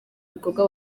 bikorwa